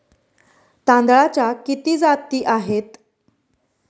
तांदळाच्या किती जाती आहेत?